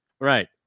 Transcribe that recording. Right